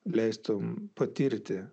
leistum patirti